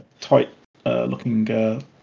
tight-looking